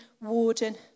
warden